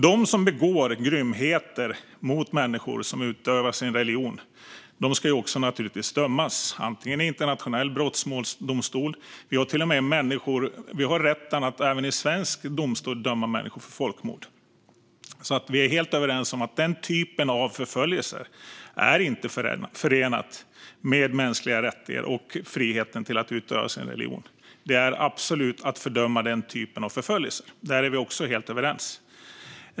De som begår grymheter mot människor som utövar sin religion ska naturligtvis dömas i internationell brottmålsdomstol. Vi har till och med rätt att även i svensk domstol döma människor för folkmord. Vi är alltså helt överens om att den typen av förföljelse inte är förenlig med mänskliga rättigheter och friheten att utöva sin religion. Den typen av förföljelse ska absolut fördömas; där är vi också helt överens.